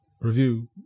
review